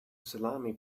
salami